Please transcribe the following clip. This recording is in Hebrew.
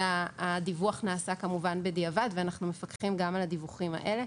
הדיווח נעשה כמובן בדיעבד ואנחנו מפקחים גם על הדיווחים האלה.